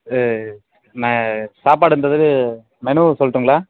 இது ந சாப்பாடு இந்த இது மெனு சொல்லிட்டுங்களா